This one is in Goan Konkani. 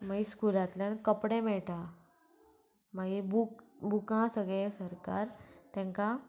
मागीर स्कुलांतल्यान कपडे मेळटा मागीर बूक बुकां सगळे सरकार तांकां